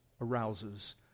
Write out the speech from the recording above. arouses